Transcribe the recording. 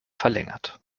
verlängert